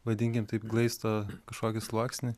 vadinkim taip glaistą kažkokį sluoksnį